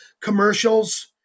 commercials